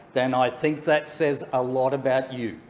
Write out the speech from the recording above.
then i think that says a lot about you.